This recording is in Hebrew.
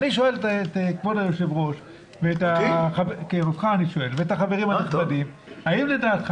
אני שואל את כבוד היושב ראש ואת החברים הנכבדים האם לדעתך